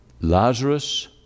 Lazarus